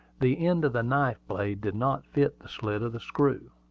the end of the knife-blade did not fit the slit of the screw.